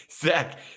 Zach